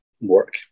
work